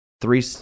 three